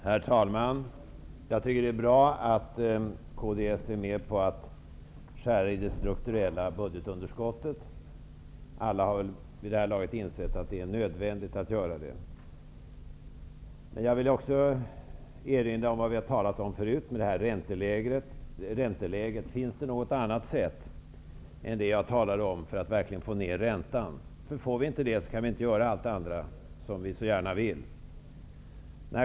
Herr talman! Det är bra att kds är med på att skära i det strukturella budgetunderskottet. Alla har väl vid det här laget insett att det är nödvändigt. Jag vill också erinra om vad vi talade om förut när det gäller ränteläget. Finns det något annat sätt än det jag angav för att verkligen få ned räntan? Om vi inte får ned räntan, kan vi inte göra allt det andra som vi så gärna vill göra.